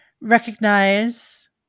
recognize